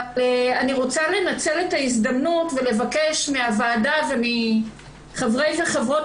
אני רוצה לנצל את ההזדמנות ולבקש מהוועדה ומחברי וחברות